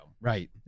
Right